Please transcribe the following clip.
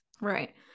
right